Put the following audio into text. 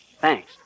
Thanks